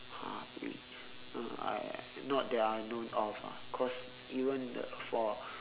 !huh! real uh I not that I known of ah cause even the for